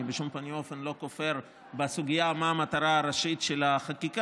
אני בשום פנים ואופן לא כופר בסוגיה מה המטרה הראשית של החקיקה,